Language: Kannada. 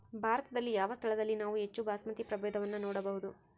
ಭಾರತದಲ್ಲಿ ಯಾವ ಸ್ಥಳದಲ್ಲಿ ನಾವು ಹೆಚ್ಚು ಬಾಸ್ಮತಿ ಪ್ರಭೇದವನ್ನು ನೋಡಬಹುದು?